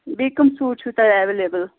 بیٚیہِ کٕم سوٗٹ چھُو تۄہہِ ایٚویلیبُل